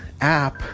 app